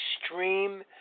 extreme